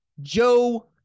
Joe